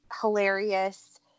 hilarious